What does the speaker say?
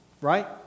Right